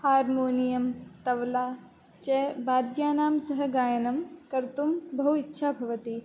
harmonium tabla च वाद्यानां सह गायनं कर्तुं बहु इच्छा भवति